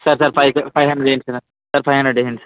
sir sir five five hundred వేయండి sir five hundred వేయండి sir